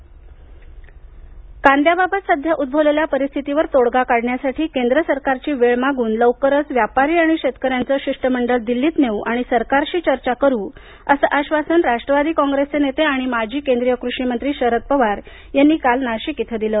कांदा पवार कांद्याबाबत सध्या उद्भवलेल्या परिस्थितीवर तोडगा काढण्यासाठी केंद्र सरकारची वेळ मागून लवकरच व्यापारी आणि शेतकर्यां चं शिष्टमंडळ दिल्लीत नेऊ आणि सरकारशी चर्चा करू असं आश्वासन राष्ट्रवादी काँग्रेसचे नेते आणि माजी केंद्रीय कृषी मंत्री शरद पवार यांनी काल नाशिक इथे दिलं